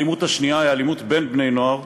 האלימות השנייה היא האלימות בין בני-נוער,